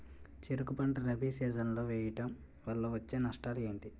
చెరుకు పంట రబీ సీజన్ లో వేయటం వల్ల వచ్చే నష్టాలు ఏంటి?